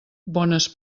bones